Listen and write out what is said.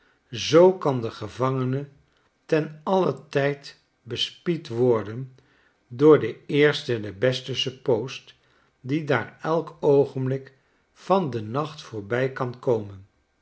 zoo kan de gevangene ten alien tijd bespied worden door den eersten den besten suppoost die daar elk oogenblik van den nacht voorbij kan komen